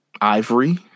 Ivory